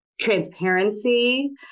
transparency